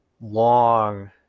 long